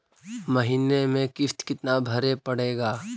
महीने में किस्त कितना भरें पड़ेगा?